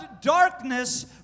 darkness